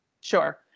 Sure